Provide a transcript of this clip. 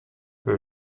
que